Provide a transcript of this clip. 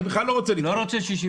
אני לא רוצה 60 ימים.